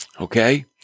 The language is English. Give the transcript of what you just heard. Okay